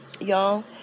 y'all